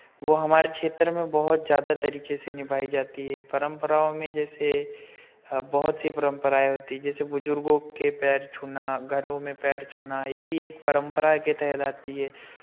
वो हमारे क्षेत्र में बहुत ज़्यादा तरीके से निभाई जाती है परंपराओं में जैसे बहुत सी परंपराएँ होती हैं जैसे बुज़ुर्गों के पैर छूना घरों में पैर छूना ये भी एक परंपरा के तहत आती है